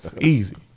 easy